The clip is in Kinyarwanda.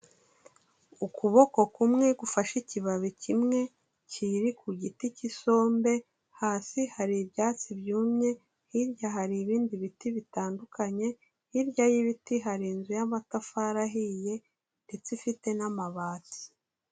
Ukuboko kumwe gufashe ikibabi kimwe kiri ku giti cy'isombe, hasi hari ibyatsi byumye, hirya hari ibindi bitandukanye, hirya y'ibiti hari inzu y'amatafari ahiye ndetse ifite n'amabati.